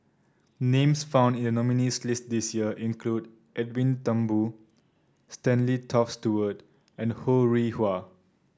names found in the nominees' list this year include Edwin Thumboo Stanley Toft Stewart and Ho Rih Hwa